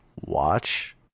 watch